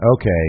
Okay